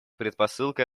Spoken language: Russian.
предпосылкой